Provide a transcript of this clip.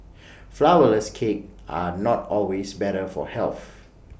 Flourless Cakes are not always better for health